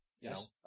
Yes